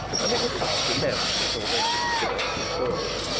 and it was past eleven before they reached the doctor's door.